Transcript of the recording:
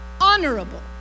honorable